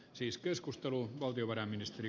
arvoisa herra puhemies